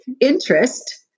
interest